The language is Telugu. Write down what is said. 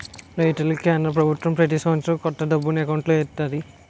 రైతులకి కేంద్ర పభుత్వం ప్రతి సంవత్సరం కొంత డబ్బు ఎకౌంటులో ఎత్తంది